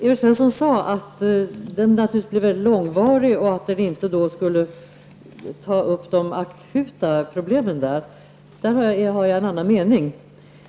Evert Svensson sade att den naturligtvis blir mycket långvarig och att den inte kan ta upp de akuta problemen. Där har jag en annan mening.